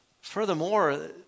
Furthermore